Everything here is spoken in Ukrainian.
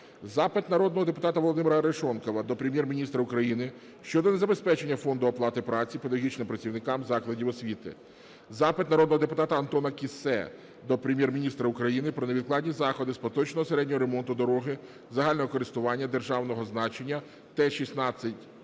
Запит народного Володимира Арешонкова до Прем'єр-міністра України щодо незабезпечення фонду оплати праці педагогічним працівникам закладів освіти. Запит народного депутата Антона Кіссе до Прем'єр-міністра України про невідкладні заходи з поточного середнього ремонту дороги загального користування державного значення Т-16-27